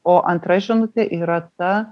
o antra žinutė yra ta